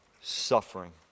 suffering